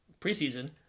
preseason